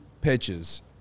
pitches